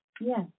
Yes